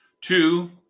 two